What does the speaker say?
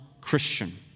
Christian